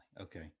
Okay